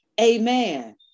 amen